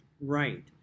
Right